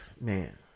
man